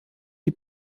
die